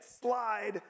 slide